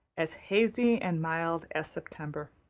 as hazy and mild as september.